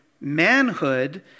manhood